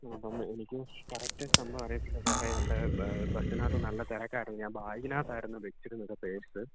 അപ്പം എനിക്ക് കറക്റ്റ് സംഭവം അറിയത്തില്ല സാറേ എൻ്റെ ബസിനകത്ത് നല്ല തിരക്കായിരുന്നു ഞാൻ ബാഗിനകത്തായിരുന്നു വെച്ചിരുന്നത് പേഴ്സ്